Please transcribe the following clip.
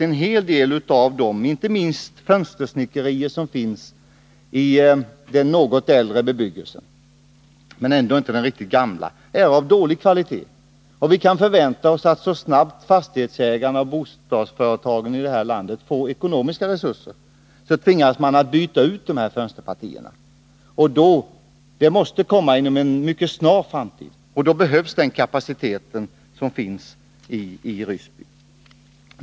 En hel del av detaljerna i den bebyggelse som är något äldre men ändå inte riktigt gammal är av dålig kvalitet — det gäller inte minst fönstersnickerierna. Och vi kan förvänta oss att fastighetsägarna och bostadsföretagen i detta land, så snart de får ekonomiska resurser, tvingas byta ut dessa fönsterpartier. Detta måste ske inom en mycket snar framtid. Då behövs den kapacitet som finns i Ryssby.